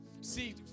See